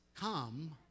come